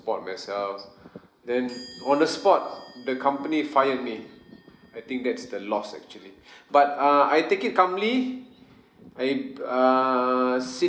support myself then on the spot the company fired me I think that's the loss actually but uh I take it calmly I err sit